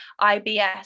IBS